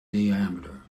diameter